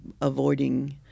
avoiding